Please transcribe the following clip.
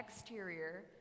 exterior